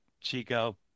Chico